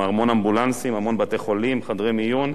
המון אמבולנסים, המון בתי-חולים, חדרי מיון,